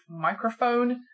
microphone